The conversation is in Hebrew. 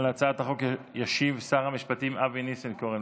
על הצעת החוק ישיב שר המשפטים אבי ניסנקורן,